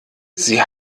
sie